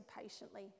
patiently